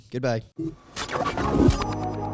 goodbye